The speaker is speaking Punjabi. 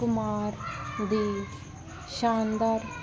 ਕੁਮਾਰ ਦੀ ਸ਼ਾਨਦਾਰ